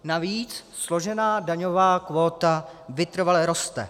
Navíc složená daňová kvóta vytrvale roste.